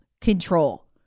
control